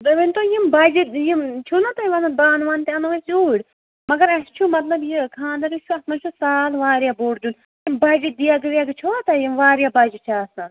تُہۍ ؤنتو یِم بَجہِ یِم چھُو نَہ تُہۍ وَنان بانہٕ وانہٕ تہِ اَنو أسۍ یورۍ مگر اسہِ چھُ مطلب یہِ خانٛدر یُس چھُ اَتھ منٛز چھُ سال وارِیاہ بوٚڑ دیُن تِم بَجہِ دیگہٕ ویگہٕ چھَوا تۄہہِ یِم وارِیاہ بجہِ چھِ آسان